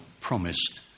promised